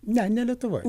ne ne lietuvoj